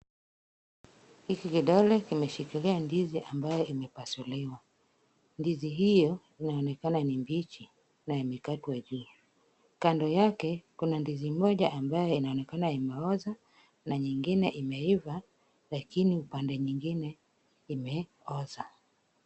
Hiki kidole imeshikilia ndizi ambaye imepasuliwa. Ndizi io inaonekana ni mbichi na imekatwa juu. Kando yake kuna ndizi moja ambayo inaonekana imeoza na nyingine imeivaa lakini upande mwingine imeoza.